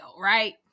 right